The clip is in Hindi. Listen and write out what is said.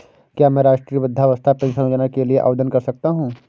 क्या मैं राष्ट्रीय वृद्धावस्था पेंशन योजना के लिए आवेदन कर सकता हूँ?